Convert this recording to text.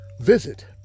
Visit